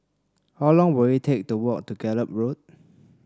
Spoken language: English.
how long will it take to walk to Gallop Road